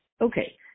Okay